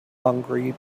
hungary